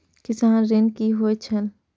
किसान ऋण की होय छल?